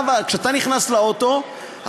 כשאתה נכנס לאוטו,